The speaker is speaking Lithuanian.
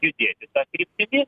judėti ta kryptimi